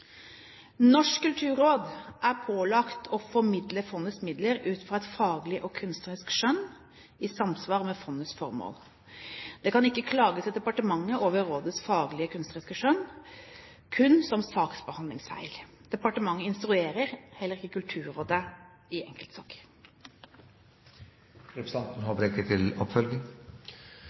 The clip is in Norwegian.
Norsk kulturråd er pålagt å formidle fondets midler ut fra et faglig og kunstnerisk skjønn i samsvar med fondets formål. Det kan ikke klages til departementet over rådets faglige kunstneriske skjønn, kun over saksbehandlingsfeil. Departementet instruerer heller ikke Kulturrådet i